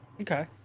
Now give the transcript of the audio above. Okay